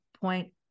point